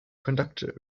conducted